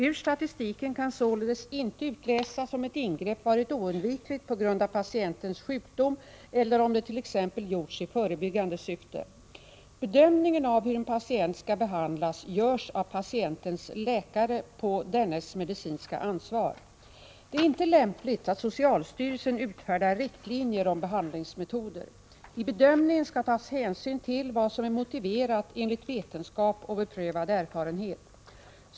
Ur statistiken kan således inte utläsas om ett ingrepp varit oundvikligt på grund av patientens sjukdom eller om det t.ex. gjorts i förebyggande syfte. Bedömningen av hur en patient skall behandlas görs av patientens läkare på dennes medicinska ansvar. Det är inte lämpligt att socialstyrelsen utfärdar riktlinjer om behandlingsmetoder. I bedömningen skall tas hänsyn till vad som är motiverat enligt vetenskap och beprövad erfarenhet.